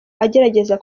agerageza